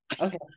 Okay